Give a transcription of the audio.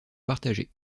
partagés